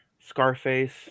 Scarface